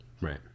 Right